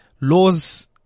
laws